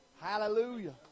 Hallelujah